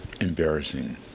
embarrassing